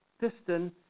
Piston